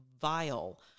vile